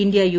India U